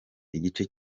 igice